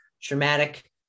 traumatic